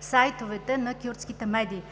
сайтовете на кюрдските медии.